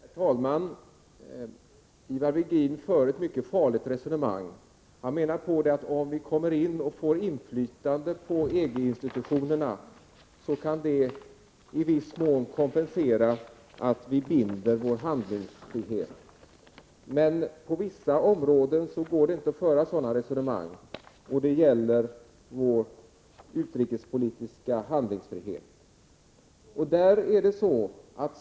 Herr talman! Ivar Virgin för ett mycket farligt resonemang. Han menar att om vi kommer in i och får inflytande på EG-institutionerna så kan det i viss mån kompensera att vi låter vår handlingsfrihet bindas. Men på vissa områden går det inte att föra sådana resonemang, och det gäller vår utrikespolitiska handlingsfrihet.